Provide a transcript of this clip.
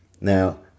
Now